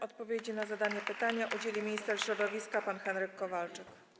Odpowiedzi na zadane pytania udzieli minister środowiska pan Henryk Kowalczyk.